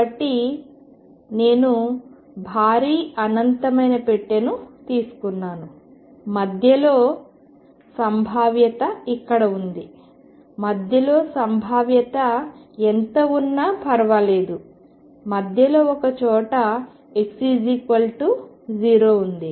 కాబట్టి నేను భారీ అనంతమైన పెట్టెను తీసుకున్నాను మరియు మధ్యలో సంభావ్యత ఇక్కడ ఉంది మధ్యలో సంభావ్యత ఎంత ఉన్నా పర్వాలేదు మధ్యలో ఒక చోట x0 ఉంది